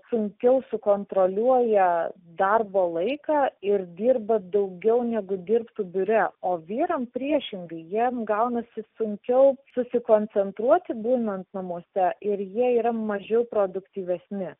sunkiau sukontroliuoja darbo laiką ir dirba daugiau negu dirbtų biure o vyram priešingai jiem gaunasi sunkiau susikoncentruoti būnant namuose ir jie yra mažiau produktyvesni